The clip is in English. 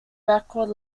record